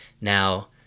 Now